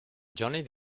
johnny